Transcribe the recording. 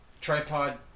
tripod